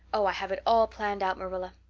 oh, i have it all planned out, marilla.